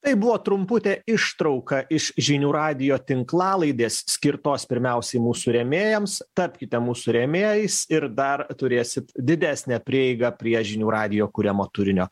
tai buvo trumputė ištrauka iš žinių radijo tinklalaidės skirtos pirmiausiai mūsų rėmėjams tapkite mūsų rėmėjais ir dar turėsit didesnę prieigą prie žinių radijo kuriamo turinio